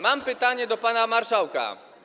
Mam pytanie do pana marszałka.